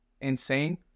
insane